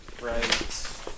right